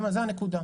זו הנקודה.